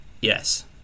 Yes